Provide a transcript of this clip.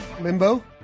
Limbo